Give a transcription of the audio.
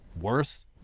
worse